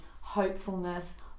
hopefulness